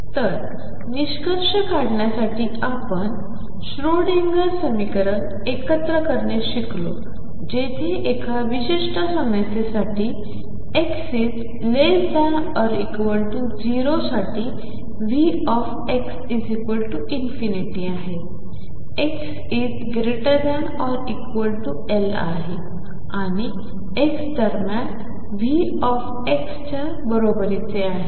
तर निष्कर्ष काढण्यासाठी आपण श्रोडिंगर समीकरण एकत्र करणे शिकलो जेथे एका विशिष्ट समस्येसाठी x≤0 साठी Vx∞ आहे x≥L आहे आणि x दरम्यान V च्या बरोबरीचे आहे